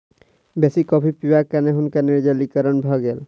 बेसी कॉफ़ी पिबाक कारणें हुनका निर्जलीकरण भ गेल